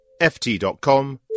ft.com